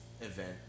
event